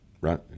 right